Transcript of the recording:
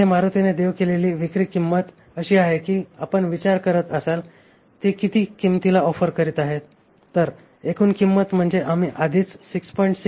येथे मारुतीने देऊ केलेली विक्री किंमत अशी आहे की जर आपण विचार करत असाल की ते किती किंमतीला ऑफर करीत आहेत तर एकूण किंमत म्हणजे आम्ही आधीच 6